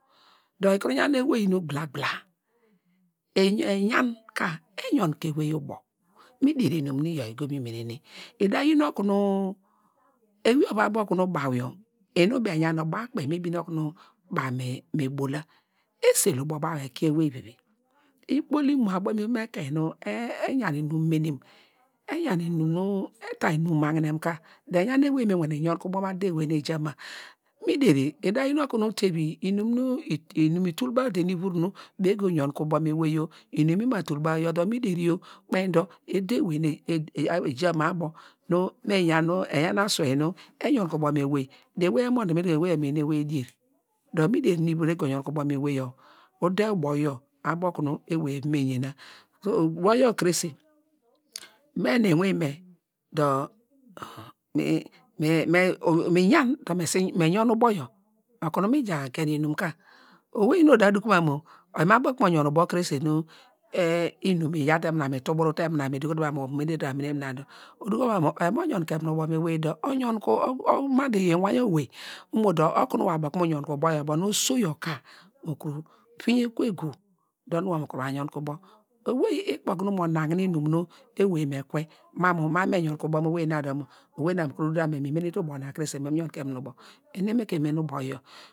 Dor ekuru yan ewey nu gbilagbila eyan ka eyonke ewey ubo mi deri inwin iyo igomu menene, ida yi okunu ewei ovu abo okunu yor inum baw eyan me gunu okunu baw kpeyi me bola esele ubo baw ekie eweyvivi ikpol imo abo mu ivom ekein nu eyan inum menem eyan inum nu, eta inum magnem ka dor eyan ewey nu me wane yonke ubo mu ade ewey nu ejama mi der, ida yin okunu inam nu tevi inum itul baw te nu ivur nu baw eva yonke ubo mu ewey yo, inum ima tul baw iyaw dor mi deri o kpen dor ude ewey nu ejama abo nu ewey dor ewey emon dor me duko mu eweyo eyi ewey dier` dor mi deri inum ivur nu ego yonke ubo mu ewey ude ubo yor abo okunu ewey eva me yena, ubo yor kirese me nu iwinme dor miyan dor mi yon ubo yor okunu mija gen inum ka, owei nu oda duko mamu oyi abo okunu mo yonke ubo kirese dor nu inum iya te mina ituburu te nuria eduko te mamu omene te mnuria omenete nuria dor oduko te mamu oyi oyonke munu ubo mu ewey dor oyonke ma dor iyor iwing owei imo dor okunu wor abo okunu mu yonke ubo mu ewey dor oyor ubo nu oso yor ka mo kuru venye kuwo egu, owei ukpe okunu owei mo nagne inum nu ewey me kwe ma mu me abo kunu me yonke ubo mu owei na dor mu owei na ekuru doko te ma mu nu mene te ubo na krese dor mi wane yonke mu nu ubo mu owey eni emoku eni ubo yo.